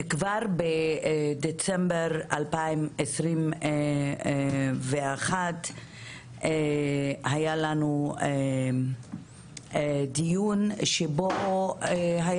אנחנו כבר בדצמבר 2021 היה לנו דיון שבו היה